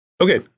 Okay